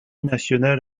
nationale